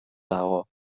dago